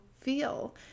feel